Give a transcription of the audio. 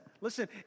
listen